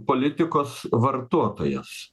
politikos vartotojas